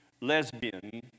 lesbian